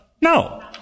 no